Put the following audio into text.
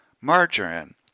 margarine